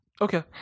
Okay